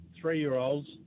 three-year-olds